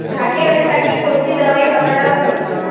घाटे अळी साठी कोनची दवाई वापरा लागन?